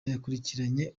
yakurikiranye